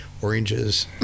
oranges